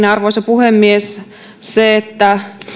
arvoisa puhemies se että